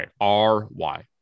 R-Y